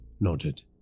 nodded